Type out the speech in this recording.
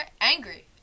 angry